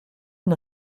une